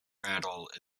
rattle